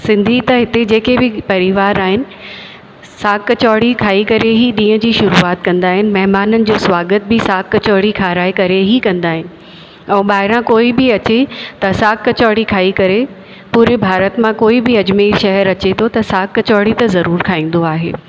सिंधी त हिते जेके बि परिवार आहिनि साग कचौड़ी खाई करे हीअ ॾींहं जी शुरूआत कंदा आहिनि ऐं ॿहिरां कोई बि अचे त साग कचौड़ी खाई करे पूरे भारत मां कोई बि अजमेर शहरु अचे थो त साग कचौड़ी त ज़रूरु खाईंदो आहे